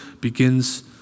begins